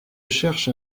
cherche